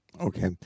Okay